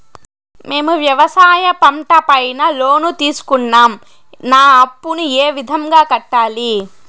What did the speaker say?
మేము వ్యవసాయ పంట పైన లోను తీసుకున్నాం నా అప్పును ఏ విధంగా కట్టాలి